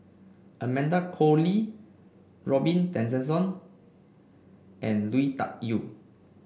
Amanda Koe Lee Robin Tessensohn and Lui Tuck Yew